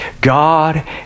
God